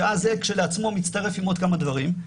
שאז זה כשלעצמו מצטרף עם עוד כמה דברים,